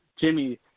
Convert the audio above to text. Jimmy